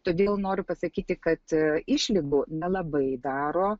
todėl noriu pasakyti kad išlygų nelabai daro